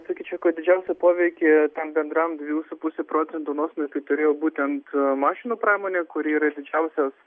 sakyčiau kad didžiausią poveikį tam bendram dviejų su puse procentų nuosmukiui turėjo būtent mašinų pramonė kuri yra didžiausios